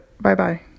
Bye-bye